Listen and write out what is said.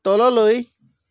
তললৈ